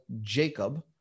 Jacob